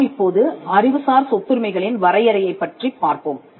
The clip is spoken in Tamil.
நாம் இப்போது அறிவுசார் சொத்துரிமை களின் வரையறையைப் பற்றிப் பார்ப்போம்